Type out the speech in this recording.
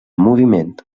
moviment